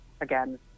again